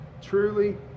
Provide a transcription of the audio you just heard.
truly